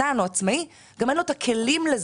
קטן או עצמאי אין לו גם הרבה פעמים את הכלים לזה,